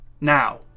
Now